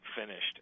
finished